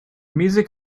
music